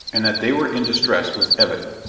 and that they were in distress was evident.